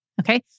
Okay